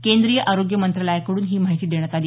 केंद्रीय आरोग्य मंत्रालयाकडून ही माहिती देण्यात आली